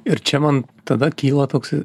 ir čia man tada kyla toks